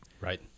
right